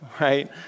right